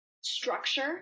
structure